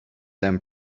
them